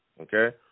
okay